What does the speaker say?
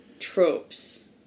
tropes